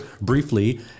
briefly